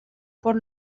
por